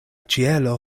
ĉielo